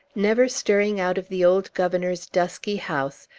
never stirring out of the old governor's dusky house,